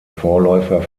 vorläufer